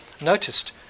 noticed